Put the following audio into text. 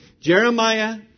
Jeremiah